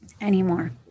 anymore